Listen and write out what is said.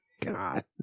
God